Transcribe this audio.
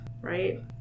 Right